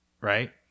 right